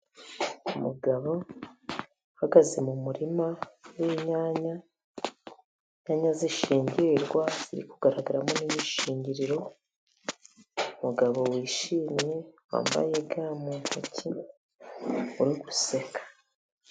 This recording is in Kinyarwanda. Umugabo uhagaze mu murima w’inyanya. Inyanya zishingirirwa ziri kugaragaramo n’imishingiriro. Umugabo wishimye, wambaye ga mu ntoki, uri guseka.